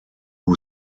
who